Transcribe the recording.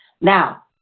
now